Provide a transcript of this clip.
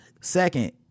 Second